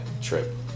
trip